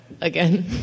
again